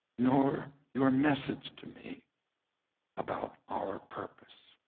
nor your message to me about our purpose.